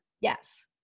Yes